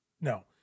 No